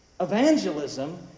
evangelism